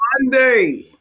Monday